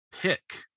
Pick